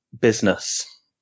business